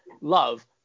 love